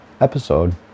episode